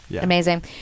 Amazing